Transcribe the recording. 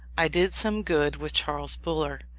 i did some good with charles buller,